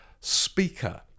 speaker